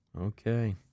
Okay